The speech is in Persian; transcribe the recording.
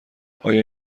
آیا